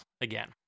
again